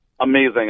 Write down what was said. Amazing